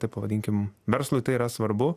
taip pavadinkim verslui tai yra svarbu